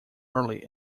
early